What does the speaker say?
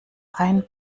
ein